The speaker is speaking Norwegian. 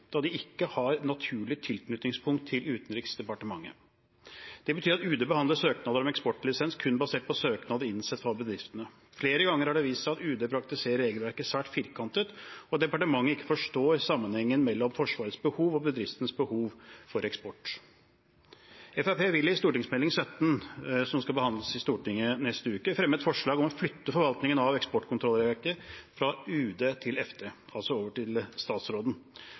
da de ikke har et naturlig tilknytningspunkt til Utenriksdepartementet. Det betyr at Utenriksdepartementet behandler søknader om eksportlisens kun basert på søknader innsendt fra bedriftene. Flere ganger har det vist seg at Utenriksdepartementet praktiserer regelverket svært firkantet, og at departementet ikke forstår sammenhengen mellom Forsvarets behov og bedriftenes behov for eksport. Fremskrittspartiet vil i Meld St. 17 for 2020–2021, som skal behandles i Stortinget i neste uke, fremme et forslag om å flytte forvaltningen av eksportkontrollregelverket fra Utenriksdepartementet til Forsvarsdepartementet, altså over til statsråden.